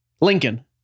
Lincoln